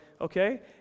okay